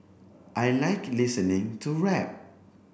I like listening to rap